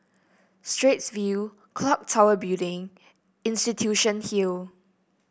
Straits View clock Tower Building Institution Hill